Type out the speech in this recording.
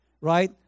right